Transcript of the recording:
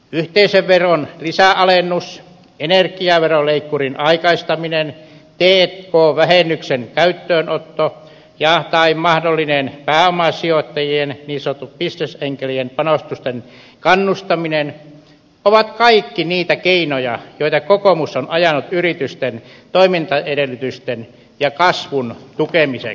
yhteisöveron lisäalennus energiaveroleikkurin aikaistaminen t k vähennyksen käyttöönotto tai mahdollinen pääomasijoit tajien niin sanottujen bisnesenkelien panostusten kannustaminen ovat kaikki niitä keinoja joita kokoomus on ajanut yritysten toimintaedellytysten ja kasvun tukemiseksi